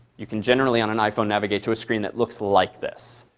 you can generally, on an iphone, navigate to a screen that looks like this.